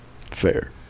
Fair